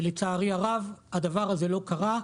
ולצערי הרב, הדבר הזה לא קרה.